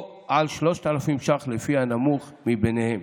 או על 3,000 ש"ח, הנמוך מביניהם.